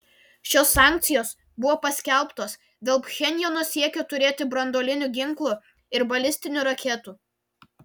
šios sankcijos buvo paskelbtos dėl pchenjano siekio turėti branduolinių ginklų ir balistinių raketų